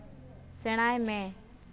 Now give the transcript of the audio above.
ᱥᱮᱬᱟᱭ ᱢᱮ